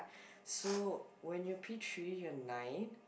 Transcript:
so when you are P-three you are nine